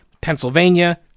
Pennsylvania